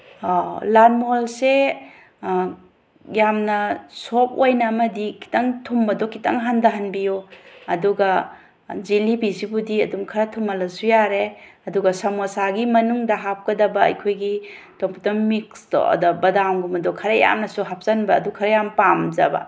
ꯑꯥꯎ ꯂꯥꯜ ꯃꯣꯍꯣꯟꯁꯦ ꯌꯥꯝꯅ ꯁꯣꯐ ꯑꯣꯏꯅ ꯑꯃꯗꯤ ꯈꯤꯇꯪ ꯊꯨꯝꯕꯗꯣ ꯈꯤꯇꯪ ꯍꯟꯊꯍꯟꯕꯤꯌꯣ ꯑꯗꯨꯒ ꯖꯤꯂꯤꯕꯤꯁꯤꯕꯨꯗꯤ ꯑꯗꯨꯝ ꯈꯔ ꯊꯨꯝꯍꯟꯂꯁꯨ ꯌꯥꯔꯦ ꯑꯗꯨꯒ ꯁꯃꯣꯁꯥꯒꯤ ꯃꯅꯨꯡꯗ ꯍꯥꯞꯀꯗꯕ ꯑꯩꯈꯣꯏꯒꯤ ꯇꯣꯞꯇ ꯃꯤꯛꯁꯇꯣ ꯑꯗ ꯕꯗꯥꯝꯒꯨꯝꯕꯗꯣ ꯈꯔ ꯌꯥꯝꯅꯁꯨ ꯍꯥꯞꯆꯤꯟꯕ ꯑꯗꯣ ꯈꯔ ꯌꯥꯝ ꯄꯥꯝꯖꯕ